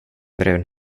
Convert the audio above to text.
brun